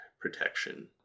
protection